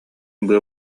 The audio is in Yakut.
быа